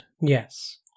Yes